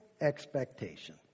expectation